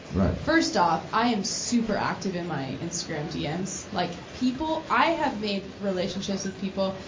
right. first off, i am super active in my instagram dms. like people, i have made relationships with people,